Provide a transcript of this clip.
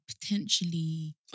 potentially